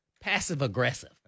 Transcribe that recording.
passive-aggressive